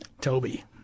Toby